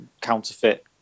counterfeit